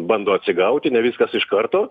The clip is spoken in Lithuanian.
bando atsigauti ne viskas iš karto